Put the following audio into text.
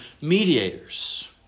mediators